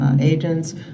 agents